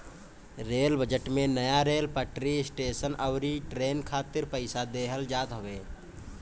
rail budget में नया rail पटरी, स्टेशन अउरी ट्रेन खातिर पईसा देहल जात हवे